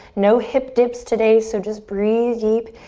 no hip dips today so just breathe deep.